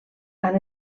han